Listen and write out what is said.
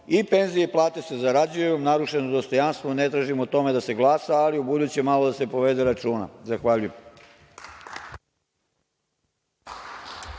i penzije i plate se zarađuju, narušeno je dostojanstvo. Ne tražim o tome da se glasa, ali ubuduće malo da se povede računa. Zahvaljujem.